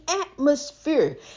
atmosphere